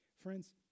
Friends